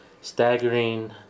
staggering